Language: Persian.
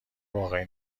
واقعی